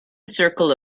circle